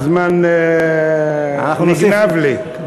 הזמן נגנב לי.